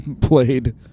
played